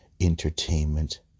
entertainment